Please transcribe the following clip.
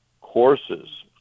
courses